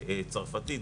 צרפתית,